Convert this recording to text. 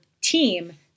team